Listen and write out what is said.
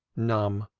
numb,